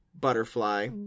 butterfly